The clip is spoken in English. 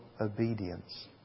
obedience